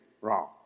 wrong